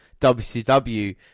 WCW